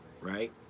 right